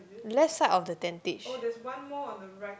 left side of the tentage